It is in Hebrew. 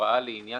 ההוראה לעניין